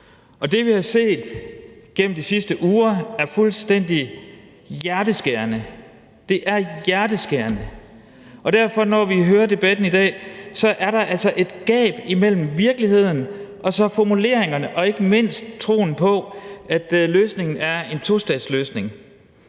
som vi har set gennem de sidste uger, er fuldstændig hjerteskærende. Det er hjerteskærende, og når vi derfor hører debatten i dag, er der altså et gab imellem virkeligheden og så formuleringerne og ikke mindst troen på, at løsningen er en tostatsløsning.